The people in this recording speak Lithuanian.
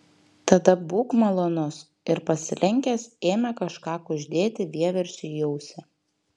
tada būk malonus ir pasilenkęs ėmė kažką kuždėti vieversiui į ausį